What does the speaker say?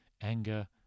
anger